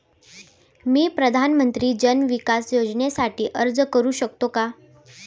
मी प्रधानमंत्री जन विकास योजनेसाठी अर्ज करू शकतो का?